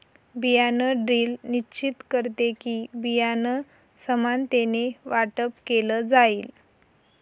बियाण ड्रिल निश्चित करते कि, बियाणं समानतेने वाटप केलं जाईल